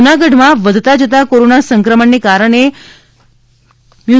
જૂનાગઢમાં વધતા જતા કોરોના સંક્રમણ ને કારણે મ્યુ